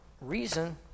reason